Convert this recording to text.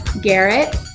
Garrett